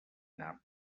nap